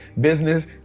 business